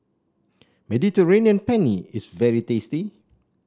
Mediterranean Penne is very tasty